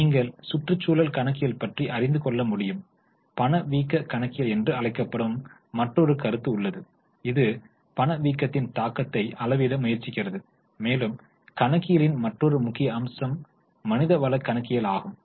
எனவே நீங்கள் சுற்றுச்சூழல் கணக்கியல் பற்றி அறிந்து கொள்ள முடியும் பணவீக்க கணக்கியல் என்று அழைக்கப்படும் மற்றொரு கருத்து உள்ளது இது பணவீக்கத்தின் தாக்கத்தை அளவிட முயற்சிக்கிறது மேலும் கணக்கியலின் மற்றொரு முக்கிய அம்சம் மனிதவள கணக்கியல் ஆகும்